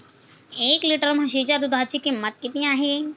एक लिटर म्हशीच्या दुधाची किंमत किती आहे?